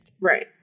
Right